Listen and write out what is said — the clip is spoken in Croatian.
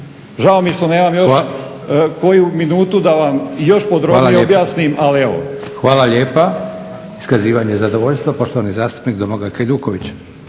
Žao mi je što nemam još koju minutu da vam još podrobnije objasnim, ali evo. **Leko, Josip (SDP)** Hvala lijepa. Iskazivanje zadovoljstva poštovani zastupnik Domagoj Hajduković.